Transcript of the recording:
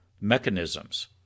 mechanisms